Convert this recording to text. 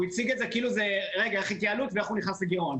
הוא הציג את זה כאילו איך תוכנית התייעלות ואיך הוא נכנס לגירעון.